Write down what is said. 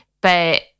But-